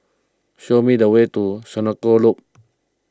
show me the way to Senoko Loop